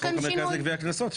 בסלול של חוק המרכז לגביית קנסות.